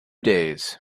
days